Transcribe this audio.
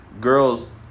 girls